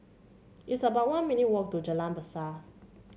it's about one minute walk to Jalan Berseh